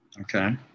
Okay